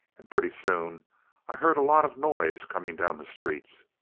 and pretty soon i heard a lot of noise coming down the street,